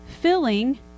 filling